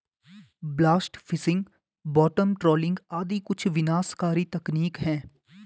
blast fishing, bottom trawling आदि कुछ विनाशकारी तकनीक है